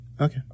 okay